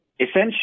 essentially